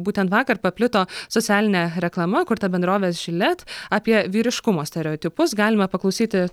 būtent vakar paplito socialinė reklama kurta bendrovės gillette apie vyriškumo stereotipus galime paklausyti